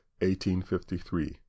1853